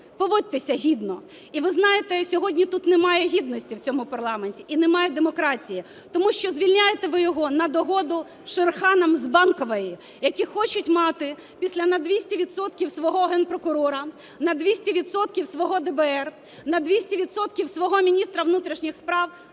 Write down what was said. поводьтеся гідно. І ви знаєте, сьогодні тут немає гідності в цьому парламенті і немає демократії. Тому що звільняєте ви його на догоду "шерханам" з Банкової, які хочуть мати після на 200 відсотків свого Генпрокурора, на 200 відсотків свого ДБР, на 200 відсотків свого міністра внутрішніх справ,